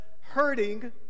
hurting